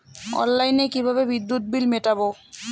অনলাইনে কিভাবে বিদ্যুৎ বিল মেটাবো?